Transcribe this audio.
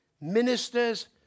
ministers